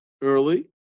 early